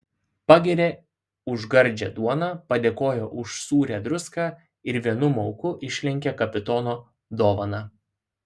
pagiria už gardžią duoną padėkoja už sūrią druską ir vienu mauku išlenkia kapitono dovaną